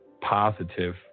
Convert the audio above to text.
positive